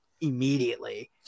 immediately